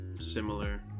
similar